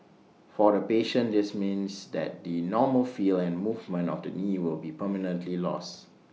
for the patient this means that the normal feel and movement of the knee will be permanently lost